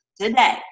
today